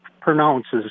pronounces